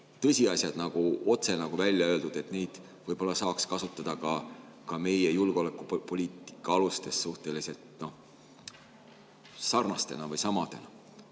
tõsiasjad on otse välja öeldud. Neid võib-olla saaks kasutada ka meie julgeolekupoliitika alustes suhteliselt sarnastena või samadena.